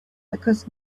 because